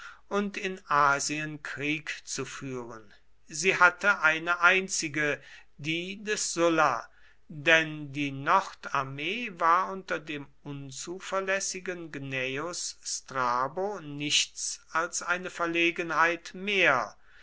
und in asien krieg zu führen sie hatte eine einzige die des sulla denn die nordarmee war unter dem unzuverlässigen gnaeus strabo nichts als eine verlegenheit mehr